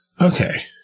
Okay